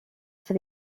for